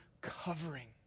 covering